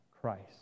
Christ